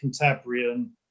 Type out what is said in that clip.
cantabrian